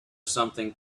something